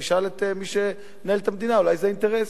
תשאל את מי שמנהל את המדינה, אולי זה אינטרס.